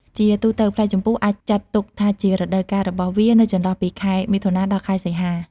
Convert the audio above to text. ជាទូទៅ ផ្លែជម្ពូអាចចាត់ទុកថាជារដូវកាលរបស់វានៅចន្លោះពី ខែមិថុនា ដល់ ខែសីហា។